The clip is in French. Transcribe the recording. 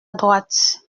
droite